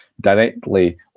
directly